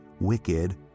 wicked